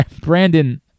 Brandon